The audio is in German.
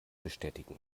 bestätigen